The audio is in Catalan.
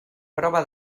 prova